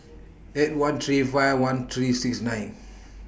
eight one three five one three six nine